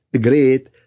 great